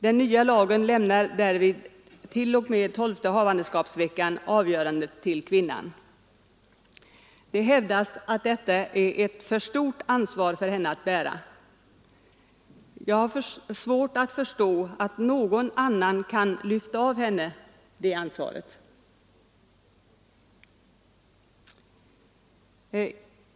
Den nya lagen lämnar därvid till och med tolfte havandeskapsveckan avgörandet till kvinnan. Det hävdas att detta är ett för stort ansvar för henne att bära. Jag har svårt att förstå att någon annan kan lyfta av henne det ansvaret.